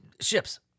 ships